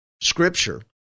Scripture